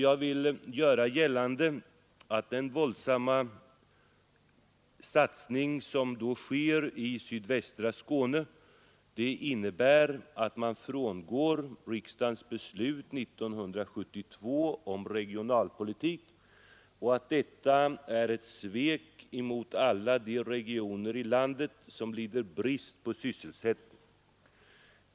Jag vill göra gällande att den våldsamma expansiva satsning som då sker i sydvästra Skåne innebär att man frångår riksdagens beslut 1972 om regionalpolitik och att detta är ett svek mot alla de regioner i landet som lider brist på sysselsättning.